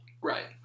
Right